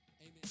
amen